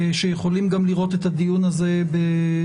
שיכולים גם לראות את הדיון הזה בערוץ,